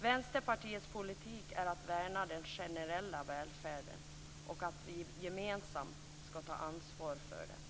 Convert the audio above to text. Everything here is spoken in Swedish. Vänsterpartiets politik är att värna den generella välfärden och att vi gemensamt skall ta ansvar för den.